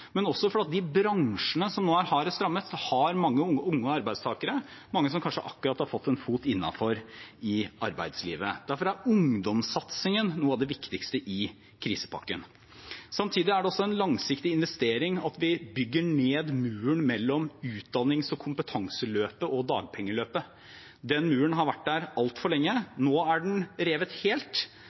fordi de bransjene som nå er hardest rammet, har mange unge arbeidstakere, mange som kanskje akkurat har fått en fot innenfor i arbeidslivet. Derfor er ungdomssatsingen noe av det viktigste i krisepakken. Samtidig er det også en langsiktig investering at vi bygger ned muren mellom utdannings- og kompetanseløpet og dagpengeløpet. Den muren har vært der altfor lenge, nå er den revet helt.